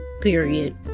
Period